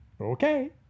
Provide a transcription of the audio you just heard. Okay